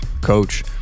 Coach